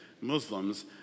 Muslims